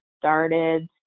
started